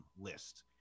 list